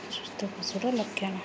ସୁସ୍ଥ ପଶୁର ଲକ୍ଷଣ